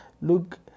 look